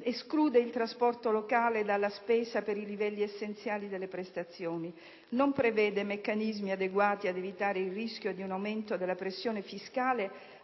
esclude il trasporto locale dalla spesa per i livelli essenziali delle prestazioni; non prevede meccanismi adeguati ad evitare il rischio di un aumento della pressione fiscale